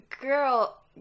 Girl